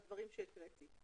הסייג.